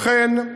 ולכן,